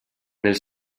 nel